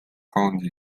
hollandi